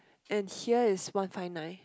and here is one five nine